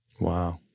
Wow